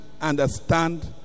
understand